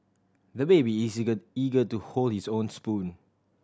the baby is eager eager to hold his own spoon